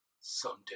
someday